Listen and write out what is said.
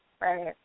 right